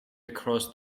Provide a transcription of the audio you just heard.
across